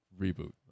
reboot